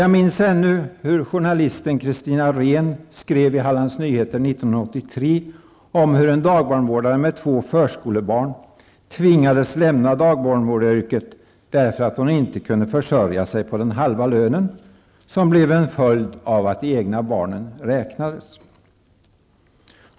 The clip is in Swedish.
Jag minns ännu hur journalisten Kristina Rhen i Hallands nyheter 1983 beskrev hur en dagbarnvårdare med två förskolebarn tvingades lämna dagbarnvårdaryrket därför att hon inte kunde försörja sig på den halva lön som blev följden av att de egna barnen beaktades.